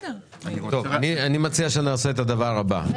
אני מציע שנעשה את הדבר הבא.